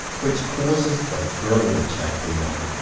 which causes the thrill which i feel.